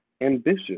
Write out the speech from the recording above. ambitious